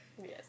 Yes